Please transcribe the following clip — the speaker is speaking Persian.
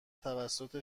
توسط